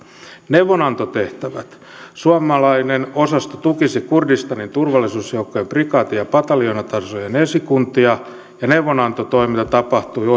neuvonantotehtävät suomalainen osasto tukisi kurdistanin turvallisuusjoukkojen prikaati ja pataljoonatasojen esikuntia ja neuvonantotoiminta tapahtuu